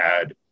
add